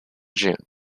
june